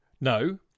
No